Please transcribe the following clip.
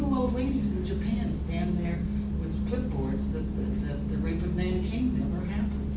ladies in japan stand there with clipboards that the rape of nanking never happened.